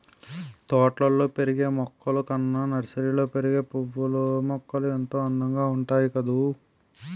తోటల్లో పెరిగే మొక్కలు కన్నా నర్సరీలో పెరిగే పూలమొక్కలు ఎంతో అందంగా ఉంటాయి కదూ